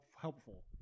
helpful